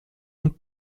und